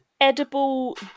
edible